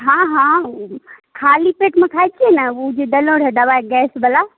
हँ हँ खाली पेटमे खाइ छिए ने ओ जे देने रहौँ दवाइ गैसवला